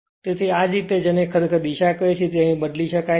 તેથી આ રીતે જેને ખરેખર દિશા કહે છે તે અહીં બદલી શકાય છે